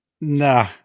no